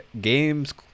Games